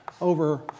over